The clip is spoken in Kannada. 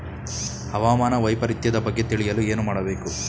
ಹವಾಮಾನ ವೈಪರಿತ್ಯದ ಬಗ್ಗೆ ತಿಳಿಯಲು ಏನು ಮಾಡಬೇಕು?